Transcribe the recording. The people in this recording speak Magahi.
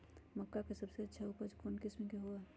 मक्का के सबसे अच्छा उपज कौन किस्म के होअ ह?